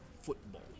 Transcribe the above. football